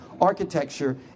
architecture